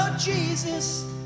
Jesus